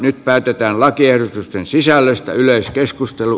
nyt päätetään lakiehdotusten sisällöstä